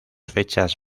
fechas